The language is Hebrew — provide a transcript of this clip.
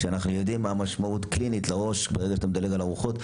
כשאנחנו יודעים מהי המשמעות הקלינית ברגע שאתה מדלג על ארוחות.